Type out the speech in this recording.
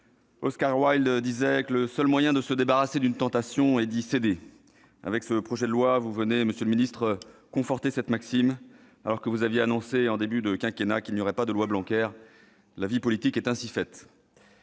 Oscar Wilde disait que « le seul moyen de se débarrasser d'une tentation, c'est d'y céder ». Avec ce projet de loi, monsieur le ministre, vous venez conforter cette maxime. N'aviez-vous pas annoncé, en début de quinquennat, qu'il n'y aurait pas de loi Blanquer ? La vie politique est ainsi faite